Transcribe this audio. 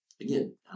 Again